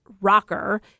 rocker